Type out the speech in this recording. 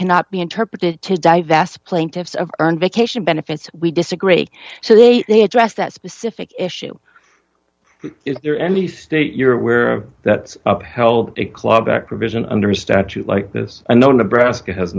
cannot be interpreted to divest plaintiffs of earned vacation benefits we disagree so they may address that specific issue is there any state you're aware of that upheld a claw back provision under a statute like this and no nebraska has